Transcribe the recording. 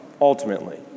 ultimately